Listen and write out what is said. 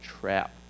trap